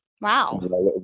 wow